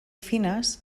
fines